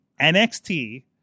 NXT